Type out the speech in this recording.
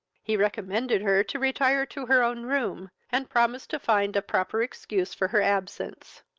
he recommended her to retire to her own room, and promised to find a proper excuse for her absence.